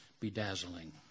bedazzling